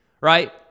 right